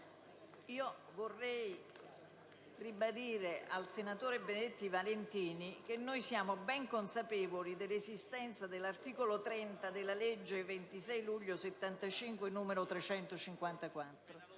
vorrei ribadire al senatore Benedetti Valentini che noi siamo ben consapevoli dell'esistenza dell'articolo 30 della legge 26 luglio 1975, n. 354,